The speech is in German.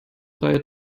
reihe